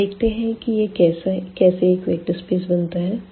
तो देखते हैं कि यह कैसे एक वेक्टर स्पेस बनता है